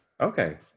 okay